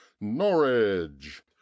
norwich